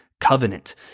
covenant